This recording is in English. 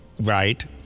Right